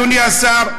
אדוני השר,